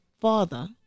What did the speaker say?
father